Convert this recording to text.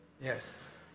Yes